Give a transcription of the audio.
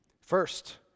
First